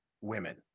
women